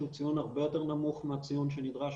שהוא ציון הרבה יותר נמוך מהציון שנדרש